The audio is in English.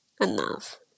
enough